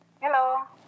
Hello